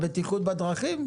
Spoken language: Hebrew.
בטיחות בדרכים?